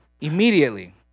Immediately